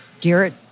Garrett